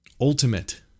ultimate